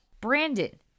Brandon